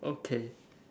okay